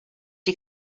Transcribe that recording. you